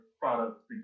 products